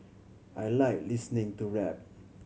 I like listening to rap